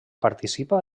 participa